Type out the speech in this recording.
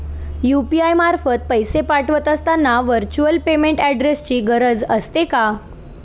UPI मार्फत पैसे पाठवत असताना व्हर्च्युअल पेमेंट ऍड्रेसची गरज असते का?